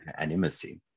animacy